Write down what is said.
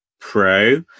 pro